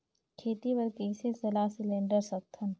खेती बर कइसे सलाह सिलेंडर सकथन?